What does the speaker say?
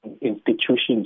institutions